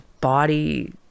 body